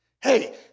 hey